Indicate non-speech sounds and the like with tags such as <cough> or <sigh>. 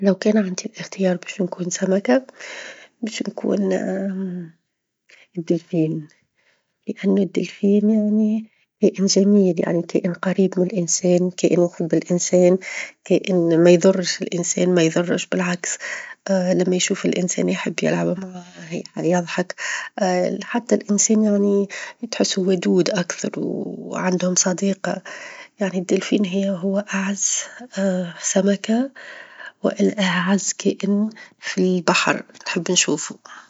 لو كان عندى الإختيار باش نكون سمكة باش نكون <hesitation> الدلفين؛ لأنه الدلفين يعنى كائن جميل، يعني كائن قريب من الإنسان، كائن يحب الإنسان، كائن ما يظرش الإنسان، ما يظرش بالعكس <hesitation> لما يشوف الإنسان يحب يلعب معاه، يظحك <hesitation> حتى الإنسان يعني تحسه ودود أكثر وعندهم صديق، يعني الدلفين -هي- هو أعز <hesitation> سمكة، ولا أعز كائن في البحر نحب نشوفه.